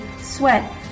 sweat